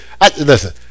Listen